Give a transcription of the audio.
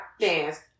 dance